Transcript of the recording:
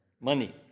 Money